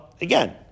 again